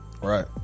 Right